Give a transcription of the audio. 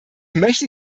möchte